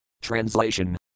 Translation